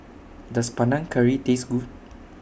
Does Panang Curry Taste Good